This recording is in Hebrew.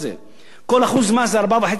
כל 1% מס זה 4.5 מיליארד שקל,